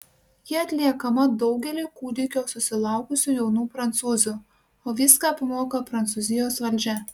ji atliekama daugeliui kūdikio susilaukusių jaunų prancūzių o viską apmoka prancūzijos valdžia